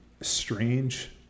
strange